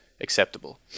acceptable